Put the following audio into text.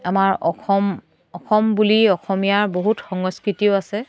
আমাৰ অসম অসম বুলি অসমীয়াৰ বহুত সংস্কৃতিও আছে